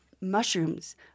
mushrooms